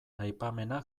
aipamena